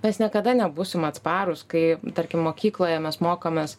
mes niekada nebūsim atsparūs kai tarkim mokykloje mes mokomės